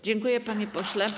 Dziękuję, panie pośle.